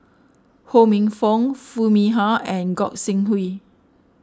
Ho Minfong Foo Mee Har and Gog Sing Hooi